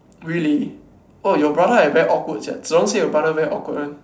really oh your brother like very awkward sia Zhi-Rong say your brother very awkward one